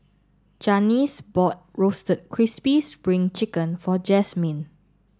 Janis bought Roasted Crispy Spring Chicken for Jasmin